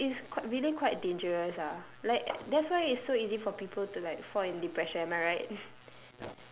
and like it's it's quite really quite dangerous ah like that's why it's so easy for people to like fall in depression am I right